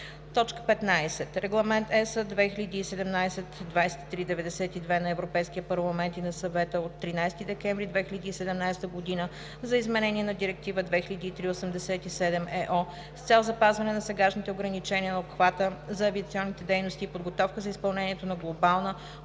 15. Регламент (ЕС) 2017/2392 на Европейския парламент и на Съвета от 13 декември 2017 г. за изменение на Директива 2003/87/ЕО с цел запазване на сегашните ограничения на обхвата за авиационните дейности и подготовка за изпълнението на глобална,